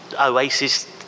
Oasis